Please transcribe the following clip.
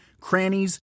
crannies